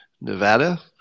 Nevada